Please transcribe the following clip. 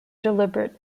deliberate